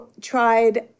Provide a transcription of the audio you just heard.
tried